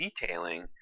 detailing